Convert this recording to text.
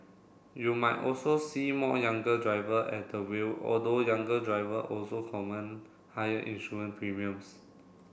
you might also see more younger driver at the wheel although younger driver also command higher insurance premiums